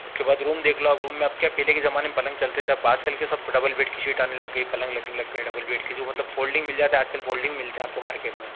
उसके बाद रूम देख लो आप रूम में अब क्या पहले के ज़माने में पलंग चलते थे अब आज कल के सब डबल बेड की शीट आने लग गई पलंग लगने लग गए डबल बेड के जो मतलब फ़ोल्डिंग मिल जाते आज कल फ़ोल्डिंग मिलते हैं आपको मार्केट में